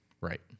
Right